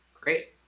Great